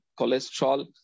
cholesterol